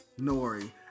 Nori